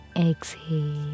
Exhale